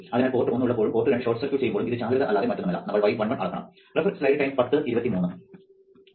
അതിനാൽ പോർട്ട് ഒന്ന് ഉള്ളപ്പോഴും പോർട്ട് രണ്ട് ഷോർട്ട് സർക്യൂട്ട് ചെയ്യുമ്പോഴും ഇത് ചാലകത അല്ലാതെ മറ്റൊന്നുമല്ല നമ്മൾ y11 അളക്കണം